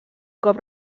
cop